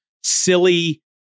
silly